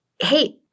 Hey